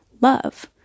love